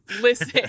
Listen